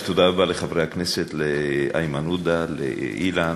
תודה רבה לחברי הכנסת, לאיימן עודה, לאילן,